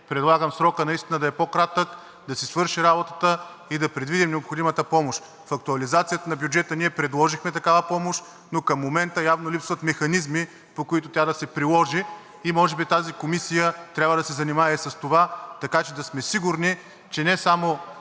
предлагам срокът наистина да е по-кратък, да си свършим работата и да предвидим необходимата помощ. В актуализацията на бюджета ние предложихме такава помощ, но към момента явно липсват механизми, по които тя да се приложи, и може би тази комисия трябва да се занимае с това, така че да сме сигурни, че не само